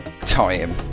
time